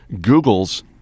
Google's